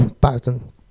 Pardon